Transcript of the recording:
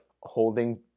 holding